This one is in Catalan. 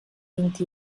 vint